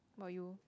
what about you